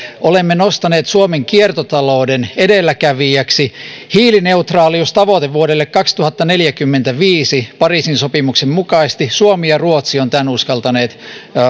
olemme nostaneet suomen kiertotalouden edelläkävijäksi hiilineutraaliustavoite vuodelle kaksituhattaneljäkymmentäviisi pariisin sopimuksen mukaisesti suomi ja ruotsi ovat tämän uskaltaneet